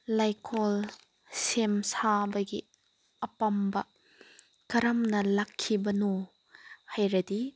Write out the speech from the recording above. ꯂꯩꯀꯣꯜ ꯁꯦꯝ ꯁꯥꯕꯒꯤ ꯑꯄꯥꯝꯕ ꯀꯔꯝꯅ ꯂꯥꯛꯈꯤꯕꯅꯣ ꯍꯥꯏꯔꯗꯤ